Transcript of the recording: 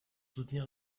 soutenir